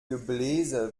gebläse